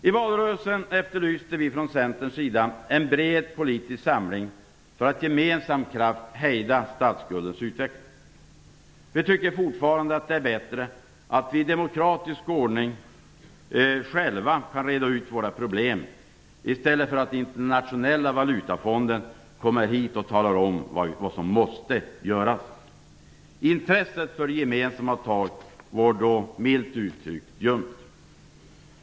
I valrörelsen efterlyste Centern en bred politisk samling för att med gemensam kraft hejda statsskuldens utveckling. Vi tycker fortfarande att det är bättre att vi i demokratisk ordning själva kan reda ut våra problem, i stället för att Internationella valutafondens representanter kommer hit och talar om vad som måste göras. Intresset för gemensamma tag var då milt uttryckt ljumt.